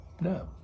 No